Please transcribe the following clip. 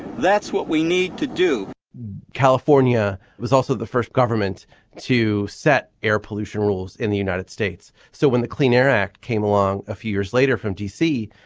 that's what we need to do california was also the first government to set air pollution rules in the united states. so when the clean air act came along a few years later from d c.